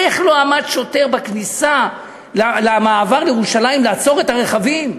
איך לא עמד שוטר בכניסה למעבר לירושלים לעצור את הרכבים?